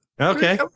Okay